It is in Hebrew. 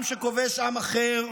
עם שכובש עם אחר,